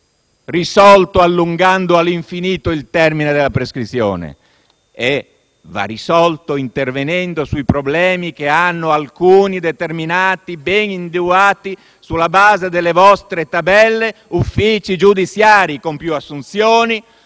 risolto allungando all'infinito il termine della prescrizione, ma intervenendo sui problemi che hanno alcuni determinati - e ben - individuati sulla base delle vostre tabelle - uffici giudiziari, con più assunzioni,